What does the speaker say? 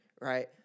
right